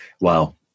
wow